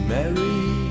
Mary